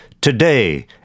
Today